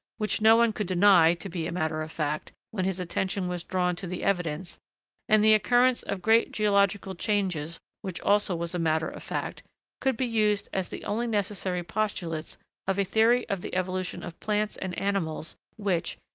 which no one could deny to be a matter of fact, when his attention was drawn to the evidence and the occurrence of great geological changes which also was matter of fact could be used as the only necessary postulates of a theory of the evolution of plants and animals which,